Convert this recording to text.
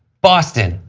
boston,